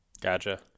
Gotcha